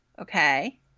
okay